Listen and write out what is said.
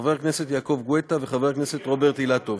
חבר הכנסת יעקב גואטה וחבר הכנסת רוברט אילטוב.